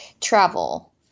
travel